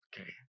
Okay